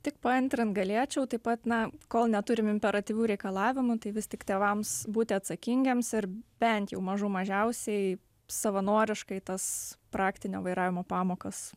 tik paantrint galėčiau taip pat na kol neturim imperatyvių reikalavimų tai vis tik tėvams būti atsakingiems ir bent jau mažų mažiausiai savanoriškai tas praktinio vairavimo pamokas